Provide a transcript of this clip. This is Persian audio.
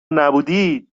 نبودی